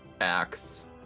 Axe